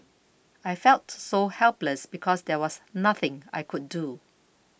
I felt so helpless because there was nothing I could do